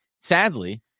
sadly